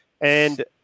and-